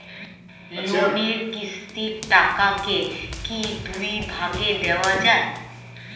লোনের কিস্তির টাকাকে কি দুই ভাগে দেওয়া যায়?